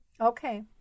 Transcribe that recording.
Okay